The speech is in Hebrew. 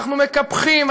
אנחנו מקפחים,